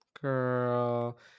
Girl